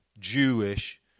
Jewish